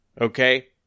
Okay